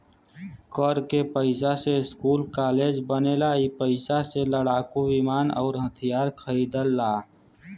कर के पइसा से स्कूल कालेज बनेला ई पइसा से लड़ाकू विमान अउर हथिआर खरिदाला